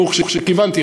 ברוך שכיוונתי,